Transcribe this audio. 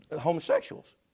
Homosexuals